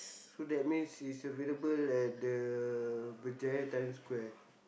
so that means it's available at the Berjaya-Times-Square